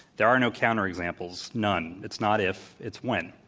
there are no counter-examples. none. it's not if. it's when.